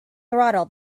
throttle